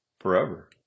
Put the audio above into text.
forever